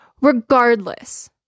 Regardless